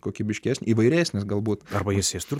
kokybiškesnis įvairesnis galbūt arba įsėsti ir